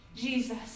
Jesus